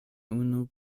unu